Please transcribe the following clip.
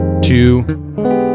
two